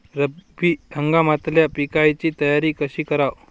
रब्बी हंगामातल्या पिकाइची तयारी कशी कराव?